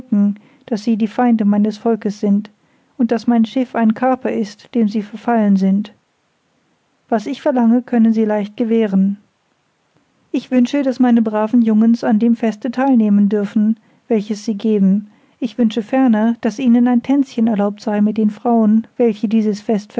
daß sie die feinde meines volkes sind und daß mein schiff ein kaper ist dem sie verfallen sind was ich verlange können sie leicht gewähren ich wünsche daß meine braven jungens an dem feste theil nehmen dürfen welches sie geben ich wünsche ferner daß ihnen ein tänzchen erlaubt sei mit den frauen welche dieses fest